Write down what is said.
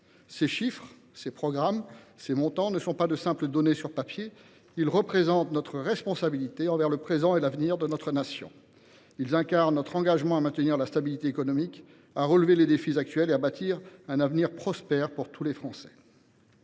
Ces chiffres, ces programmes, ces montants ne sont pas de simples données sur le papier. Ils traduisent notre responsabilité présente et pour l’avenir de notre nation. Ils incarnent notre engagement à maintenir la stabilité économique, à relever les défis actuels et à bâtir un avenir prospère pour tous les Français.